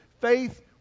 faith